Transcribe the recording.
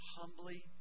humbly